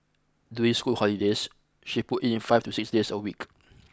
during school holidays she put in five to six days a week